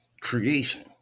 creation